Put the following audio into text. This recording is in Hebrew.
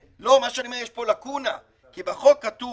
מה שאני אומר הוא שיש פה לקונה, כי בחוק כתוב: